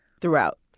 Throughout